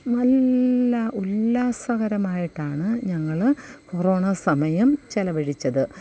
നല്ല ഉല്ലാസകരമായിട്ടാണ് ഞങ്ങള് കൊറോണ സമയം ചെലവഴിച്ചത്